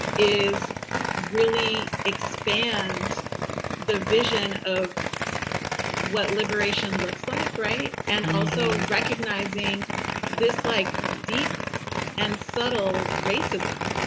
is really expand the vision of what liberation looks like, right? and also recognizing this like deep and subtle racism,